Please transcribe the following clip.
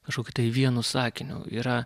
kažkokiu vienu sakiniu yra